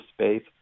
space